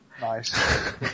Nice